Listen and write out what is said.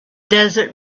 desert